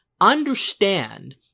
understand